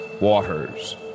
waters